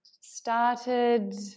started